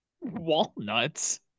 Walnuts